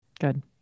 Good